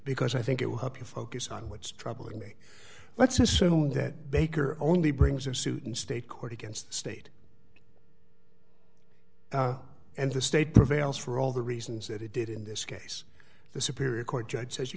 because i think it will help you focus on what's troubling me let's assume that baker only brings a suit in state court against state and the state prevails for all the reasons that it did in this case the superior court judge says you